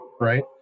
right